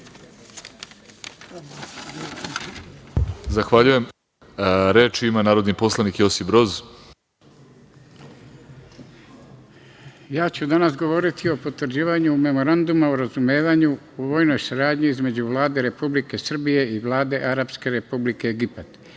Zahvaljujem. Reč ima narodni poslanik Josip Broz. Izvolite. **Josip Broz** Danas ću govoriti o potvrđivanju Memoranduma o razumevanju u vojnoj saradnji između Vlade Republike Srbije i Vlade arapske Republike Egipat